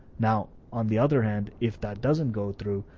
now, on the other hand, if that doesn't go through,